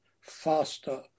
faster